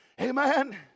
Amen